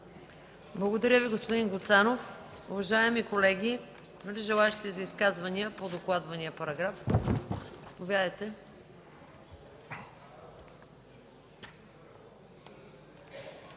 Благодаря Ви, господин Гуцанов. Уважаеми колеги, има ли желаещи за изказвания по докладвания параграф? Заповядайте,